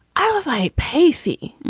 i was i. pacey,